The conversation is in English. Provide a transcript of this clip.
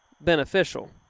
beneficial